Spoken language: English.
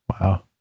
wow